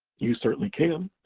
you certainly can.